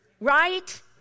right